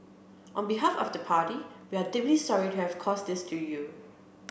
on behalf of the party we are deeply sorry to have caused this to you